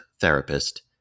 therapist